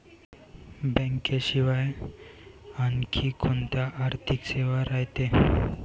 बँकेशिवाय आनखी कोंत्या आर्थिक सेवा रायते?